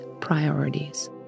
priorities